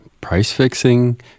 price-fixing